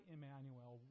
Emmanuel